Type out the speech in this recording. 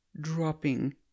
dropping